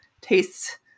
tastes